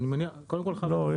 לא.